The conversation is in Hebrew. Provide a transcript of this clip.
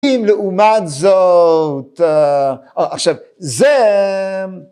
אם לעומת זאת... עכשיו, זה...